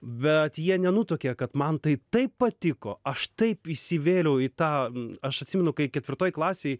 bet jie nenutuokė kad man tai taip patiko aš taip įsivėliau į tą aš atsimenu kai ketvirtoj klasėj